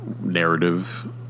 narrative